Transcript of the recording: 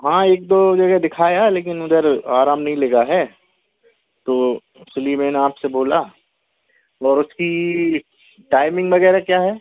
हाँ एक दो जगह दिखाया लेकिन उधर आराम नहीं लगा है तो इसलिए मैंने आपसे बोला और उसकी टाइमिंग वगैरह क्या है